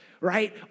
right